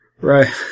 Right